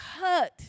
hurt